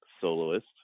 soloist